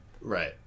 Right